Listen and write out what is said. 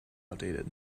outdated